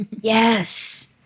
Yes